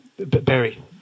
Barry